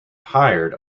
hired